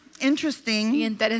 interesting